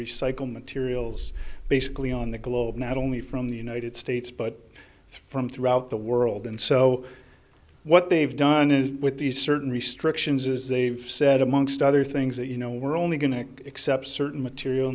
recycled materials basically on the globe not only from the united states but from throughout the world and so what they've done is with these certain restrictions is they've said amongst other things that you know we're only going to accept certain material